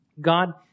God